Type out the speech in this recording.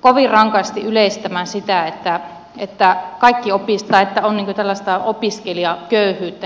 kovin rankasti yleistämään sitä että on tällaista opiskelijaköyhyyttä